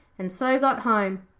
and so got home,